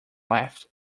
left